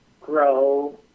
grow